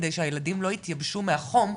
כדי שהילדים לא יתייבשו מהחום,